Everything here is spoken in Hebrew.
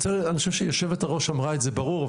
אני חושב שיושבת הראש אמרה את זה ברור,